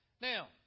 Now